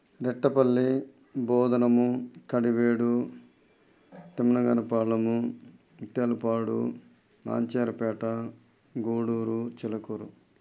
Nettapalli Bodhanamu Kadivedu Temnaganapalamu Mutyalapadu Nancherapeta Goduru Chilakuru